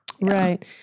Right